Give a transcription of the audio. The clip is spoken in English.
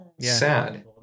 Sad